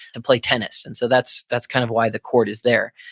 to play tennis. and so that's that's kind of why the court is there.